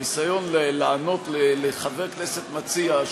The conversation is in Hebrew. הניסיון לענות לחבר כנסת מציע,